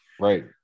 right